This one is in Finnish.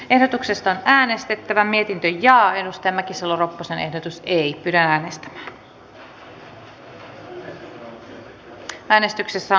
ehdotuksesta äänestettävä mietitty ja ennuste mäkisalo ropposen ehdotus ei selonteko hyväksyttiin